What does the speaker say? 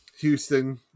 Houston